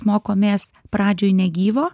mokomės pradžioj negyvo